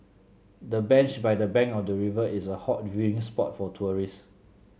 the bench by the bank of the river is a hot viewing spot for tourists